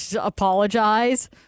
apologize